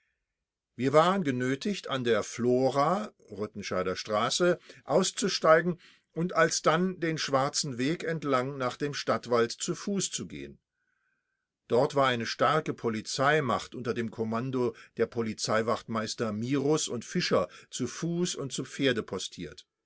wir waren genötigt an der flora rüttenscheider straße auszusteigen und alsdann den schwarzen weg entlang nach dem stadtwald zu fuß zu gehen dort war eine starke polizeimacht unter dem kommando der polizeiwachtmeister mirus und fischer zu fuß und zu pferde postiert